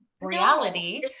reality